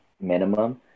minimum